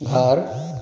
घर